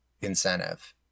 incentive